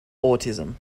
autism